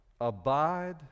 abide